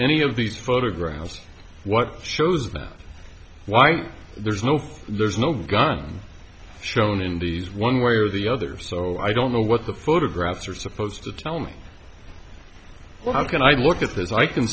any of these photographs what shows that why there's no there's no gun shown in these one way or the other so i don't know what the photographs are supposed to tell me well how can i look at this i can